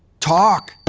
talk.